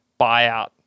buyout